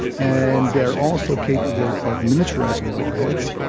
and they are also capable of miniaturising warheads,